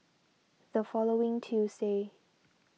the following Tuesday